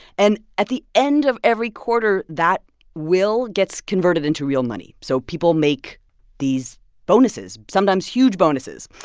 and at the end of every quarter, that will gets converted into real money. so people make these bonuses, sometimes huge bonuses.